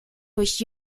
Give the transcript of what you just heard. durch